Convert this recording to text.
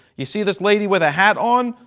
you see this lady with a hat on.